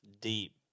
deep